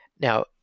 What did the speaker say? Now